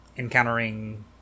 Encountering